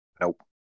Nope